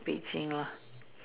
Beijing lah